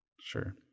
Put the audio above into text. Sure